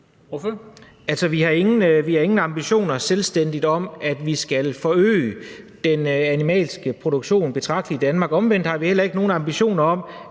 vi har ingen ambitioner, der alene går på at skulle forøge den animalske produktion betragteligt i Danmark. Omvendt har vi heller ikke nogen ambitioner om,